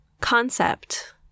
concept